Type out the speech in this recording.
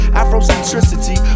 afrocentricity